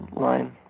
line